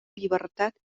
llibertat